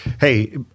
hey